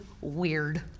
weird